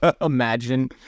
Imagine